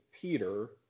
peter